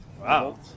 Wow